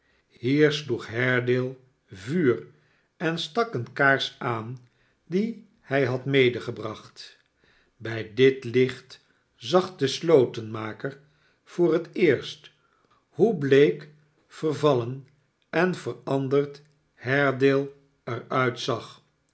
hier sloeg haredale vuur en stak een kaars aan die hij had medegebracht bij dit licht zag de slotenmaker voor het eerst hoe bleek vervallen en veranderd haredaie er uitzag